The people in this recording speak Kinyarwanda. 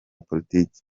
politiki